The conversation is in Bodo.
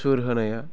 सुर होनाया